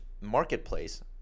marketplace